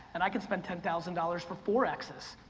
and i can spend ten thousand dollars for four x's.